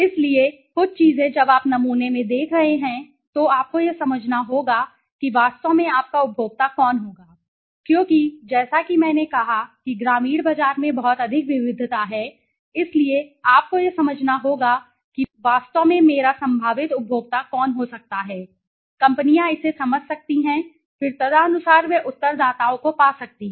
इसलिए कुछ चीजें जब आप नमूने में देख रहे हैं तो आपको यह समझना होगा कि वास्तव में आपका उपभोक्ता कौन होगा क्योंकि जैसा कि मैंने कहा कि ग्रामीण बाजार में बहुत अधिक विविधता है इसलिए आपको यह समझना होगा कि वास्तव में मेरा संभावित उपभोक्ता कौन हो सकता है कंपनियां इसे समझ सकती हैं फिर तदनुसार वे उत्तरदाताओं को पा सकती हैं